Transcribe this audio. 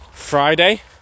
friday